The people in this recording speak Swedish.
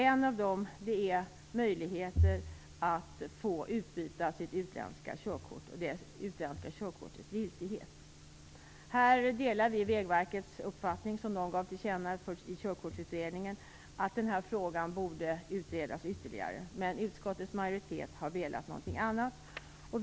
En av dessa gäller möjligheter till utbyte av utländskt körkort och det utländska körkortets giltighet. Här delar vi Vägverkets uppfattning, som man gav till känna i Körkortsutredningen, att den här frågan borde utredas ytterligare. Men utskottets majoritet har varit av annan mening.